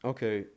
Okay